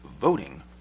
voting